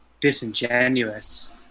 disingenuous